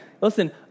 listen